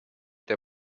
der